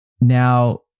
now